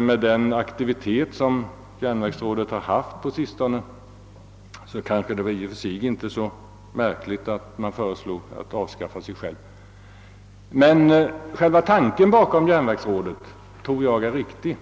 Med den aktivitet som järnvägsrådet har visat på sistone kanhända det i och för sig inte var så märkligt att det föreslog sitt eget avskaffande, men själva tanken bakom järnvägsrådet tror jag är riktig.